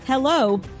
Hello